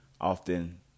often